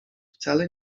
wcale